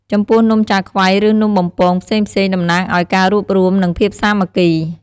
ចំពោះនំចាខ្វៃ ឬនំបំពងផ្សេងៗតំណាងឱ្យការរួបរួម និងភាពសាមគ្គី។